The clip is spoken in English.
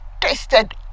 tasted